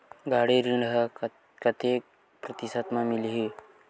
गाड़ी ऋण ह कतेक प्रतिशत म मिलही?